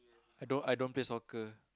I don't I don't play soccer